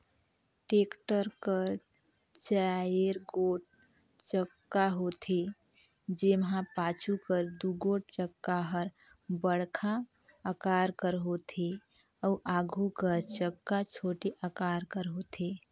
tractor कर चाएर गोट चक्का होथे, जेम्हा पाछू कर दुगोट चक्का हर बड़खा अकार कर होथे अउ आघु कर चक्का छोटे अकार कर होथे